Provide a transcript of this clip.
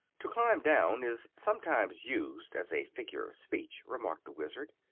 to climb down is sometimes used as a figure of speech, remarked the wizard.